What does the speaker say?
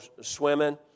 swimming